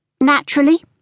Naturally